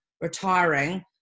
retiring